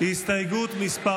הסתייגות מס'